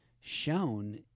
shown